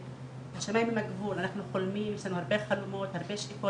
אנחנו חולמים יש לנו הרבה חלומות הרבה שאיפות